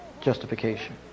justification